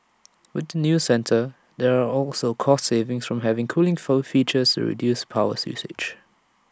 with the new centre there are also cost savings from having cooling foe features to reduce powers usage